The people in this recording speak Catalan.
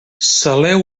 saleu